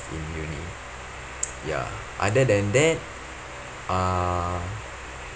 in uni ya other than that uh